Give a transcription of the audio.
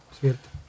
Cierto